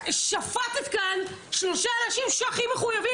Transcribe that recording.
שפטת כאן שלושה אנשים שהכי מחויבים.